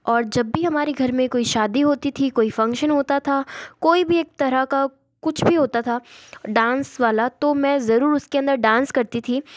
और जब भी हमारे घर में कोई शादी होती थी कोई फंक्शन होता था कोई भी एक तरह का कुछ भी होता था डांस वाला तो मैं ज़रूर उसके अंदर डांस करती थी